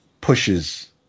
pushes